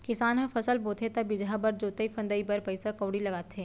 किसान ह फसल बोथे त बीजहा बर, जोतई फंदई बर पइसा कउड़ी लगाथे